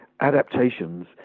adaptations